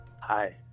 Hi